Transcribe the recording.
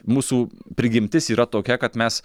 mūsų prigimtis yra tokia kad mes